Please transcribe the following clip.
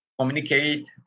communicate